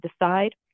decide